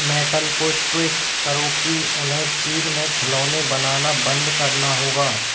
metal को tweet करो कि उन्हें चीन में खिलौने बनाना बंद करना होगा